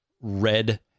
Red